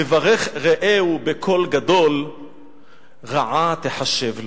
מברך רעהו בקול גדול, רעה תיחשב לו.